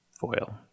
Foil